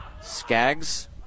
Skaggs